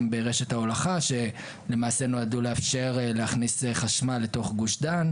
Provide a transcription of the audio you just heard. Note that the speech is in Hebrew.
ברשת ההולכה שלמעשה נועדו לאפשר להכניס חשמל לתוך גוש דן.